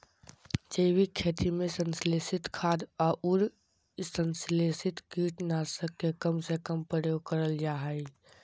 जैविक खेती में संश्लेषित खाद, अउर संस्लेषित कीट नाशक के कम से कम प्रयोग करल जा हई